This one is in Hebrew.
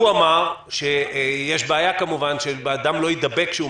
והוא אמר שיש בעיה כמובן שאדם לא יידבק כאשר הוא